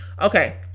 Okay